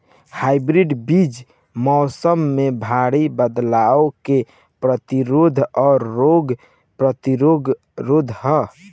hybrid बीज मौसम में भारी बदलाव के प्रतिरोधी और रोग प्रतिरोधी ह